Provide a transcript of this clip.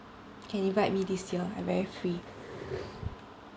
can invite me this year I very free